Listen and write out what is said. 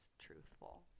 truthful